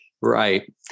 Right